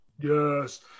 Yes